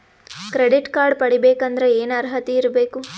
Credit card ಪಡಿಬೇಕಂದರ ಏನ ಅರ್ಹತಿ ಇರಬೇಕು?